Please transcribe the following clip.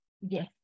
yes